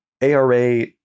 Ara